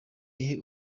ihe